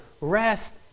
rest